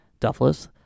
Duffless